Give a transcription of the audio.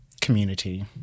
Community